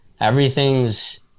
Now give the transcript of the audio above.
everything's